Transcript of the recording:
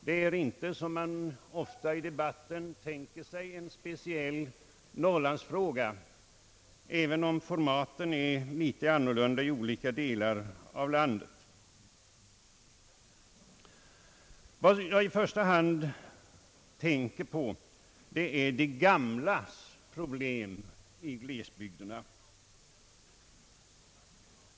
Detta är inte, som man ofta i debatten tänker sig, en speciell norrlandsfråga, även om formatet är litet olika i olika delar av landet. Vad man i första hand tänker på är de gamlas problem i glesbygderna.